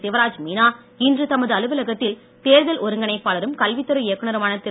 சிவராஜ் மீனா இன்று தமது அலுவலகத்தில் தேர்தல் ஒருங்கிணைப்பாளரும் கல்வித்துறை இயக்குநருமான திரு